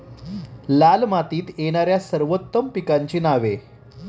लाल मातीत येणाऱ्या सर्वोत्तम पिकांची नावे?